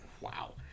Wow